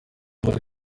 muri